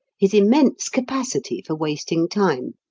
his immense capacity for wasting time.